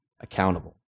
accountable